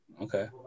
Okay